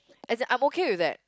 as in I'm okay with that